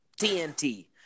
TNT